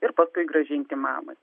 ir paskui grąžinti mamai